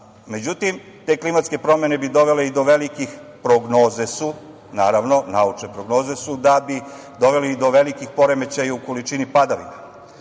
ostatku.Međutim, te klimatske promene bi dovele i do velikih. Prognoze su, naravno, naučne prognoze su da bi doveli do velikih poremećaja u količini padavina,